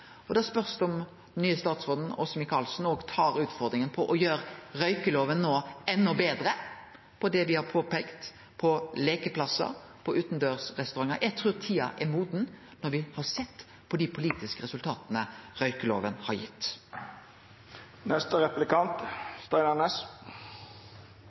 suksess. Da spørs det om den nye statsråden, Åse Michaelsen, no tar utfordringa og gjer røykjelova enda betre på det me har peika på, på leikeplassar og på utandørs restaurantar. Eg trur at tida er moden, når me har sett dei politiske resultata som røykjelova har